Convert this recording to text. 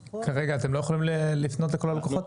כרגע אתם לא יכולים לפנות לכל הלקוחות?